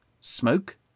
SMOKE